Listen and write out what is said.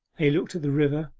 they looked at the river,